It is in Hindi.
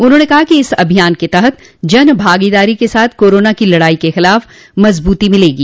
उन्होंने कहा कि इस अभियान के तहत जन भागीदारी के साथ कोरोना की लड़ाई के खिलाफ मजबूती मिलेगी